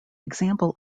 example